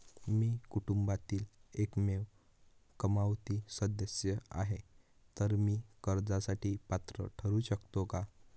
मी कुटुंबातील एकमेव कमावती सदस्य आहे, तर मी कर्जासाठी पात्र ठरु शकतो का?